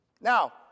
Now